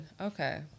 Okay